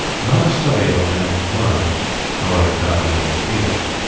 not a study of a man's mind nor an account of a man's feelings.